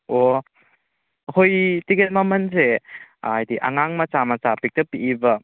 ꯑꯣ ꯑꯩꯈꯣꯏꯒꯤ ꯇꯤꯀꯦꯠ ꯃꯃꯜꯁꯦ ꯍꯥꯏꯗꯤ ꯑꯉꯥꯡ ꯃꯆꯥ ꯃꯆꯥ ꯄꯤꯛꯇ ꯄꯤꯛꯏꯕ